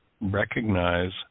recognize